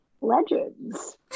Legends